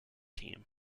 team